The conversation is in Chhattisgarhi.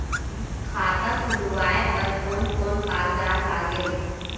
खाता खुलवाय बर कोन कोन कागजात लागेल?